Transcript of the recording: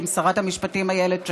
עם שרת המשפטים איילת שקד: